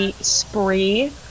spree